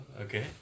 okay